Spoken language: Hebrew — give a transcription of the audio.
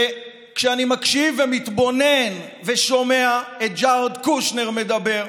היא שכשאני מקשיב ומתבונן ושומע את ג'ארד קושנר מדבר,